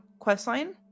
questline